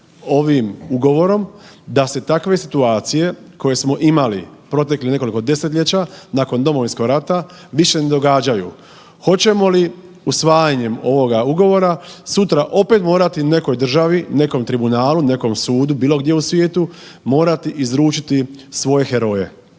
ovim ugovorom da se takve situacije koje smo imali proteklih nekoliko desetljeća nakon Domovinskog rata, više ne događaju. Hoćemo li usvajanjem ovoga ugovora sutra opet morati nekoj državi, nekom tribunalu, nekom sudu bilo gdje u svijetu morati izručiti svoje heroje.